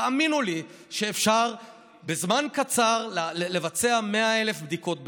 תאמינו לי שאפשר בזמן קצר לבצע 100,000 בדיקות ביום.